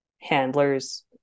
handlers